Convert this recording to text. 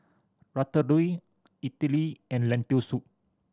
Ratatouille Idili and Lentil Soup